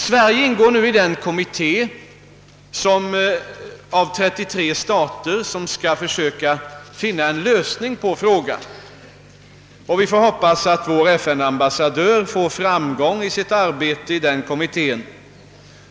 Sverige ingår nu i den kommitté av 33 stater, som skall försöka finna en lösning på frågan, och vi får hoppas att vår FN-ambassadör får framgång i sitt arbete i denna kommitté.